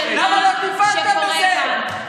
למה לא טיפלתם בזה,